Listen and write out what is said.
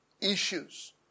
issues